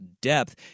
depth